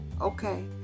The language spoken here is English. okay